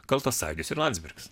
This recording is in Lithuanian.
kaltas sąjūdis ir landsbergis